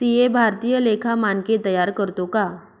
CA भारतीय लेखा मानके तयार करतो का